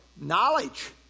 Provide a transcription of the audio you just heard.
Knowledge